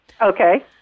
Okay